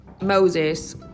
moses